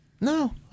No